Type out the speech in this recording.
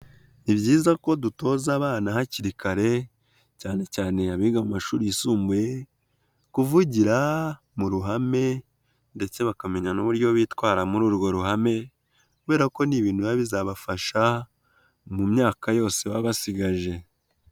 Ni byiza ko dutoza abana hakiri kare cyane cyane abiga amashuri yisumbuye kuvugira mu ruhame ndetse bakamenya n'uburyo bitwara muri urwo ruhame kubera ko ni ibintu biba bizabafasha mu myaka yose baba basigaje.